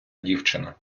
дівчина